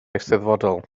eisteddfodol